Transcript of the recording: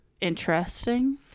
interesting